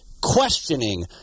questioning